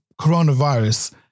coronavirus